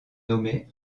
nommée